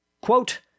quote